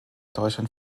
deutschland